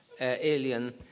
alien